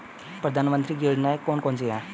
प्रधानमंत्री की योजनाएं कौन कौन सी हैं?